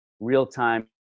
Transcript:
real-time